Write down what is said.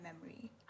memory